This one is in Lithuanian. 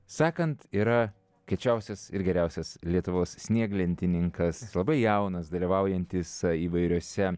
sakant yra kiečiausias ir geriausias lietuvos snieglentininkas labai jaunas dalyvaujantis įvairiose